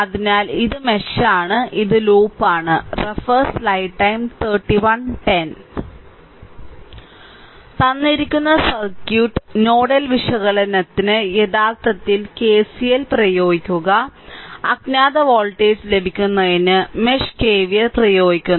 അതിനാൽ ഇത് മെഷ് ആണ് ഇത് ലൂപ്പാണ് തന്നിരിക്കുന്ന സർക്യൂട്ട് നോഡൽ വിശകലനത്തിന് യഥാർത്ഥത്തിൽ കെസിഎൽ പ്രയോഗിക്കുക അജ്ഞാത വോൾട്ടേജ് ലഭിക്കുന്നതിന് മെഷ് KVL പ്രയോഗിക്കുന്നു